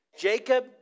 Jacob